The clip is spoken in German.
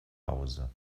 hause